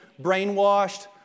brainwashed